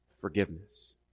forgiveness